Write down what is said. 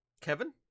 Kevin